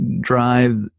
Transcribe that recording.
drive